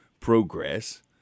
progress